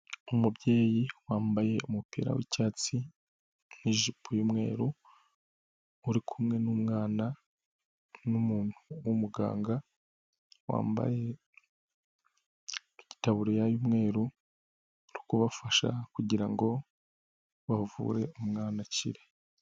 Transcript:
Umubyeyi wambaye umupira w'icyatsi n'ijipo y'umweru, uri kumwe n'umwana n'umuntu w'umuganga wambaye itaburiya y'umweru uri kubafasha kugira ngo bavure umwana akire.